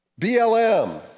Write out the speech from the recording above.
BLM